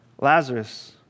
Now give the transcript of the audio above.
Lazarus